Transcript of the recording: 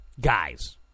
Guys